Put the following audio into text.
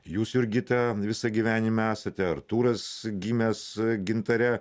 jūs jurgita visą gyvenimą esate artūras gimęs gintare